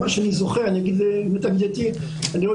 אני אומר למיטב ידיעתי ומזיכרוני.